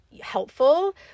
helpful